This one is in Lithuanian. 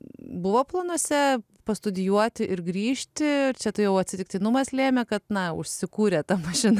buvo planuose pastudijuoti ir grįžti čia tai jau atsitiktinumas lėmė kad na užsikūrė ta mašina